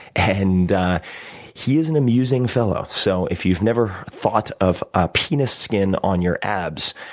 and he is an amusing fellow. so if you've never thought of a penis skin on your abs,